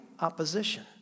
opposition